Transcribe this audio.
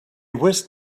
whisked